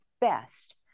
best